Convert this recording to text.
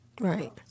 Right